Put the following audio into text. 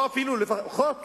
או אפילו לפחות